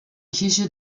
kirche